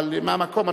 אבל מהמקום,